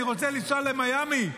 אני רוצה לנסוע למיאמי.